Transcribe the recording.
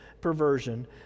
perversion